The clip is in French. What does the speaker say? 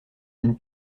une